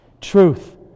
truth